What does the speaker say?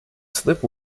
slip